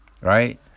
Right